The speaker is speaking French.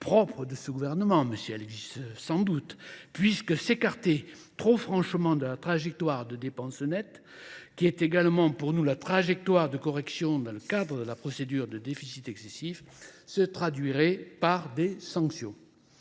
propre de ce gouvernement. Mais si elle existe sans doute, puisque s'écarter trop franchement de la trajectoire de dépenses nettes, qui est également pour nous la trajectoire de correction dans le cadre de la procédure de déficit excessif, se traduirait par des sanctions.